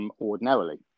ordinarily